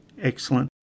Excellent